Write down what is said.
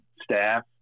staff